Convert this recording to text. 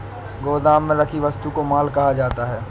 गोदाम में रखी वस्तु को माल कहा जाता है